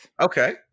Okay